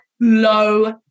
Low